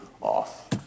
off